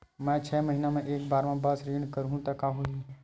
मैं छै महीना म एक बार बस ऋण करहु त का होही?